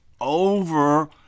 over